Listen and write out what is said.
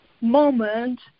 moment